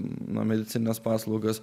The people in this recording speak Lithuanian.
nuo medicinines paslaugas